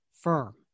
firm